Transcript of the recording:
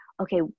okay